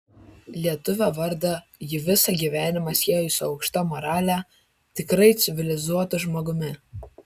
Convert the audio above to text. lietuvio vardą ji visą gyvenimą siejo su aukšta morale tikrai civilizuotu žmogumi